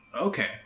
Okay